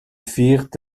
firent